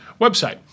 website